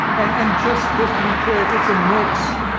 and and just just to be clear, it's a mix.